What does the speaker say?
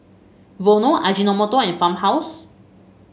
Vono Ajinomoto and Farmhouse